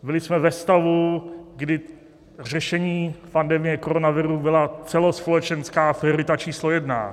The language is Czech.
Byli jsme ve stavu, kdy řešení pandemie koronaviru byla celospolečenská priorita číslo jedna.